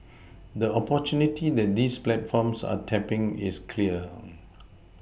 the opportunity that these platforms are tapPing is clear